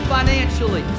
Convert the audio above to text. financially